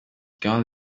grant